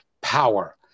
power